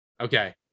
Okay